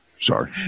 Sorry